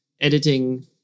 editing